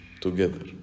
together